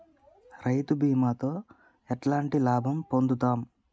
రైతు బీమాతో ఎట్లాంటి లాభం పొందుతం?